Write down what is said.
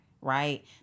Right